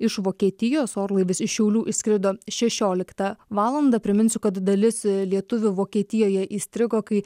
iš vokietijos orlaivis iš šiaulių išskrido šėšioliktą valandą priminsiu kad dalis lietuvių vokietijoje įstrigo kai